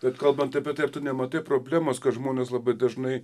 bet kalbant apie tai ar tu nematai problemos kad žmonės labai dažnai